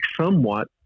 somewhat